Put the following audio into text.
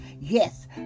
Yes